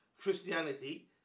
Christianity